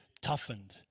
toughened